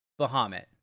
bahamut